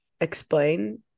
explain